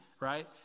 right